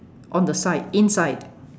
on the side inside